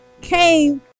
came